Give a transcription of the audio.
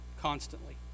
constantly